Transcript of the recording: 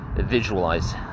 visualize